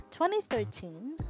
2013